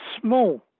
small